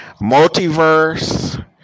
multiverse